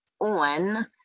on